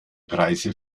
preise